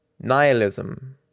Nihilism